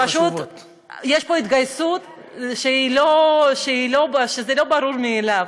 פשוט יש פה התגייסות, זה לא מובן מאליו.